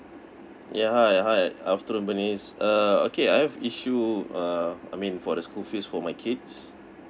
yeah hi hi good afternoon bernice uh okay I have issue uh I mean for the school fees for my kids